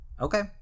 Okay